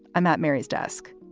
i'm at mary's desk.